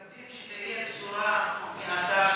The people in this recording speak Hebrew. מקווים שתהיה בשורה מהשר,